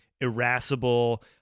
Irascible